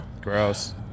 Gross